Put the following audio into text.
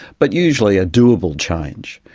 but usually a doable change.